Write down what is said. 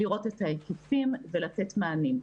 לראות את ההיקפים ולתת מענים.